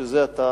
שזה עתה